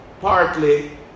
partly